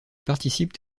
participent